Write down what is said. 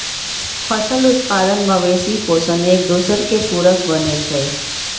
फसल उत्पादन, मवेशि पोशण, एकदोसर के पुरक बनै छइ